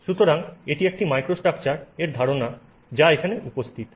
সুতরাং এটি একটি মাইক্রোস্ট্রাকচারের ধারণা যা এখানে উপস্থিত